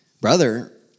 brother